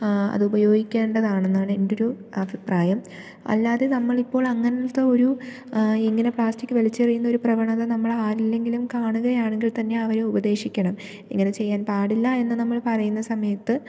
അതുപയോഗിക്കേണ്ടതാണെന്നാണ് എൻറ്റൊരു അഭിപ്രായം അല്ലാതെ നമ്മളിപ്പോൾ അങ്ങനത്തെ ഒരു ഇങ്ങനെ പ്ലാസ്റ്റിക്ക് വലിച്ചെറിയുന്നൊരു പ്രവണത നമ്മളാരിലെങ്കിലും കാണുകയാണെങ്കിൽ തന്നെ അവരെ ഉപദേശിക്കണം ഇങ്ങനെ ചെയ്യാൻ പാടില്ല എന്ന് നമ്മൾ പറയുന്ന സമയത്ത്